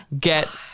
get